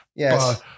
Yes